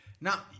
Now